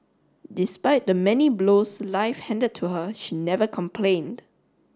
despite the many blows life hand to her she never complained